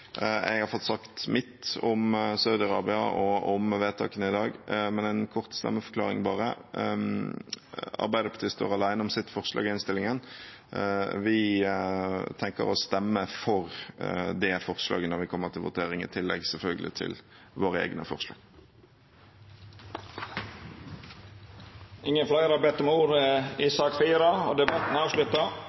jeg har fått sagt mitt om Saudi-Arabia og om det som blir vedtaket i dag – men har bare en kort stemmeforklaring. Arbeiderpartiet står alene om sitt forslag i innstillingen. Vi tenker å stemme for det forslaget når vi kommer til votering – i tillegg til, selvfølgelig, våre egne forslag. Fleire har ikkje bedt om ordet til sak nr. 4. Etter ynske frå utanriks- og